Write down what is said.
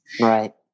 right